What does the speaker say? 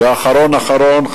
ואחרון אחרון,